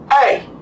Hey